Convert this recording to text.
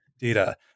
data